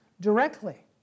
directly